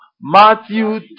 Matthew